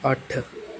ਅੱਠ